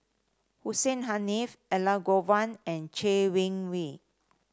Hussein Haniff Elangovan and Chay Weng Yew